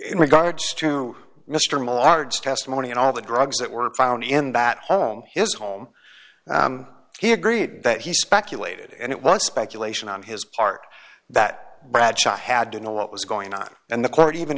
in regards to mr mullard testimony and all the drugs that were found in that home his home he agreed that he speculated and it was speculation on his part that bradshaw had to know what was going on and the court even